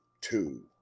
two